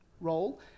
role